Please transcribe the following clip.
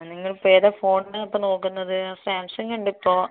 ആ നിങ്ങളിപ്പോൾ ഏതാണ് ഫോണിന് ഇപ്പോൾ നോക്കുന്നത് സാംസംഗ് ഉണ്ട് ഇപ്പോൾ